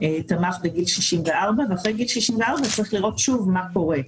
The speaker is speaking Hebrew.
תמך בגיל 64 ואחרי גיל 64 צריך לראות שוב מה קורה.